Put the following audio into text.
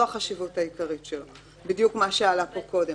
זאת החשיבות העיקרית שלו, בדיוק מה שעלה פה קודם.